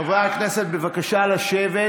חברי הכנסת, בבקשה לשבת.